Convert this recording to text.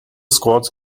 squads